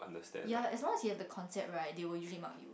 ya as long as you have the concept right they will usually mark you